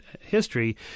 history